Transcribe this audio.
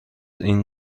این